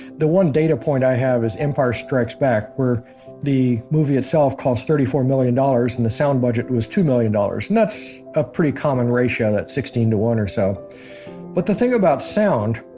the one data point i have is empire strikes back where the movie itself cost thirty four million dollars and the sound budget was two million dollars and that's a pretty common ratio, that sixteen one or so but the thing about sound.